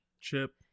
Chip